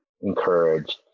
encouraged